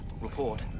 Report